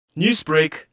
Newsbreak